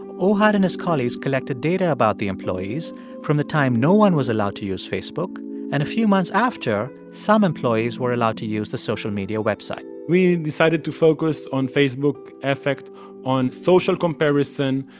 ohad and his colleagues collected data about the employees from the time no one was allowed to use facebook and a few months after some employees were allowed to use the social media website we decided to focus on facebook's effect on social comparison,